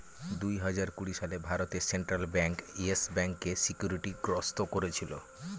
দুই হাজার কুড়ি সালে ভারতে সেন্ট্রাল ব্যাঙ্ক ইয়েস ব্যাঙ্কে সিকিউরিটি গ্রস্ত করেছিল